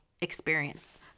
experience